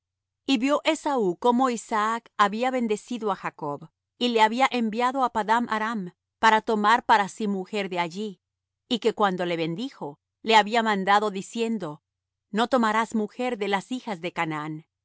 y vió esaú cómo isaac había bendecido á jacob y le había enviado á padan aram para tomar para sí mujer de allí y que cuando le bendijo le había mandado diciendo no tomarás mujer de las hijas de canaán